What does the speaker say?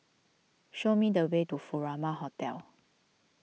show me the way to Furama Hotel